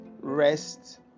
rest